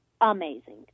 amazing